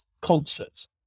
concerts